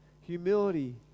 humility